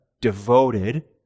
devoted